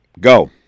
go